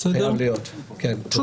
זה חייב להיות שם.